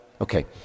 okay